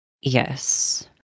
Yes